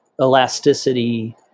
elasticity